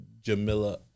Jamila